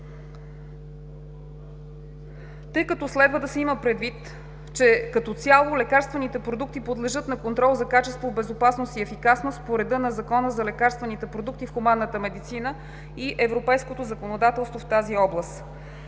издържано. Следва да се има предвид, че като цяло лекарствените продукти подлежат на контрол за качество, безопасност и ефикасност по реда на Закона за лекарствените продукти в хуманната медицина и европейското законодателство в тази област.